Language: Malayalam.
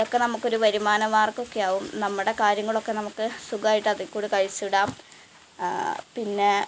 ഇതൊക്കെ നമുക്കൊരു വരുമാന മാര്ഗം ഒക്കെയാവും നമ്മുടെ കാര്യങ്ങളൊക്കെ നമുക്ക് സുഖമായിട്ട് അതിൽക്കൂടെ കഴിച്ചിടാം പിന്നെ